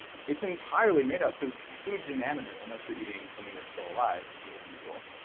it's entirely made up because food's inanimate unless you're eating something that's still alive, which is unusual.